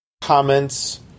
comments